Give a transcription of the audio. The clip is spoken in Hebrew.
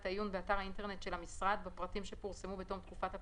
את העיון באתר האינטרנט של המשרד בפרטים שפורסמו בתום תקופת הפרסום,